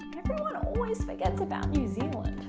everyone always forgets about new zealand.